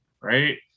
right